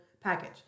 package